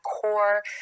core